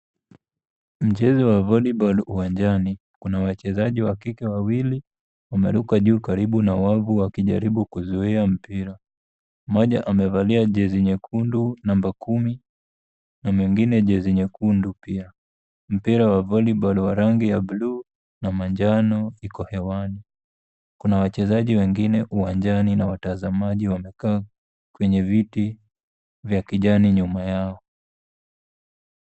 Mchezo wa volleyball uwanjani kuna wachezaji wa kike wawili, wameruka juu karibu na wavu wakijaribu kuzoea mpira. Mmoja amevalia jezi nyekundu, namba 10, na mwingine jezi nyekundu pia. Mpira wa volleyball wa rangi ya bluu, na manjano iko hewani. Kuna wachezaji wengine uwanjani na watazamaji wamekaa kwenye viti vya kijani nyuma yao.